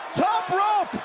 top rope.